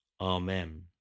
Amen